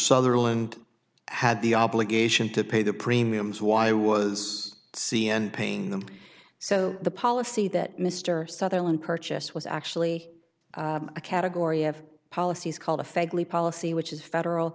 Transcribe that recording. sutherland had the obligation to pay the premiums why was c n n paying them so the policy that mr sutherland purchased was actually a category of policies called a federally policy which is federal